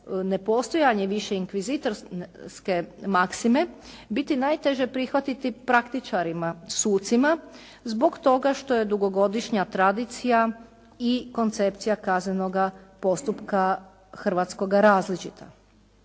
nepostojanje više inkvizitorske maksime biti najteže prihvatiti praktičarima sucima zbog toga što je dugogodišnja tradicija i koncepcija kaznenoga postupka hrvatskoga različita.